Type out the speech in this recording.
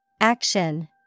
Action